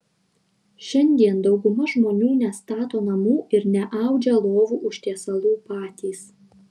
šiandien dauguma žmonių nestato namų ir neaudžia lovų užtiesalų patys